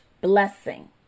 blessing